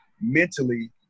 mentally